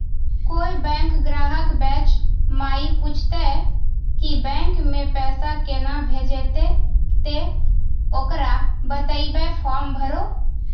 कोय बैंक ग्राहक बेंच माई पुछते की बैंक मे पेसा केना भेजेते ते ओकरा बताइबै फॉर्म भरो